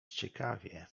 ciekawie